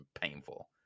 painful